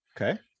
Okay